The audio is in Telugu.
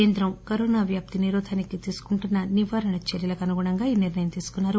కేంద్రం కరోనా వ్యాప్తి నిరోధానికి తీసుకుంటున్న నివారణ చర్యలకు అనుగుణంగా ఈ నిర్ణయం తీసుకున్నారు